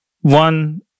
One